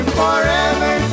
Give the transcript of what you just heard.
forever